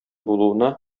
булуына